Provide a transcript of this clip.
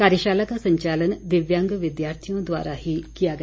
कार्यशाला का संचालन दिव्यांग विद्यार्थियों द्वारा ही किया गया